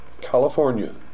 California